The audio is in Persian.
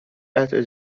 قطعه